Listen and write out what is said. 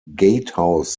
gatehouse